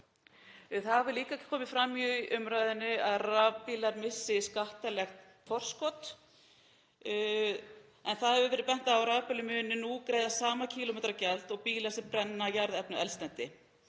Það hefur líka komið fram í umræðunni að rafbílar missi skattalegt forskot en það hefur verið bent á að rafbílar muni nú greiða sama kílómetragjald og bílar sem brenna jarðefnaeldsneyti